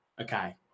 okay